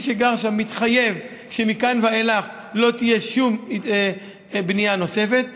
מי שגר שם מתחייב שמכאן ואילך לא תהיה שום בנייה נוספת,